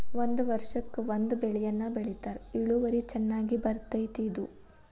ಒಂದ ವರ್ಷಕ್ಕ ಒಂದ ಬೆಳೆಯನ್ನಾ ಬೆಳಿತಾರ ಇಳುವರಿ ಚನ್ನಾಗಿ ಬರ್ತೈತಿ ಇದು